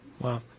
wow